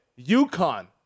UConn